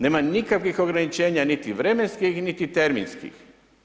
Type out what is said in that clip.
Nema nikakvih ograničenja, niti vremenskih niti terminskih.